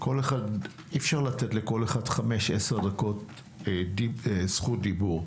אי אפשר לתת לכל אחד 5, 10 דקות זכות דיבור,